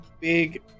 big